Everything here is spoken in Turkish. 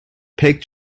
pek